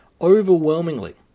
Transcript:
overwhelmingly